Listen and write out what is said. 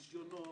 רשיונות,